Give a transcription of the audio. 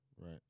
Right